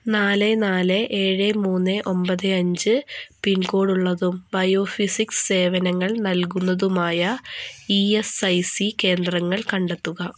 നാല് നാല് ഏഴ് മൂന്ന് ഒമ്പത് അഞ്ച് പിൻകോഡ് ഉള്ളതും ബയോഫിസിക്സ് സേവനങ്ങൾ നൽകുന്നതുമായ ഇ എസ് ഐ സി കേന്ദ്രങ്ങൾ കണ്ടെത്തുക